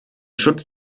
schutz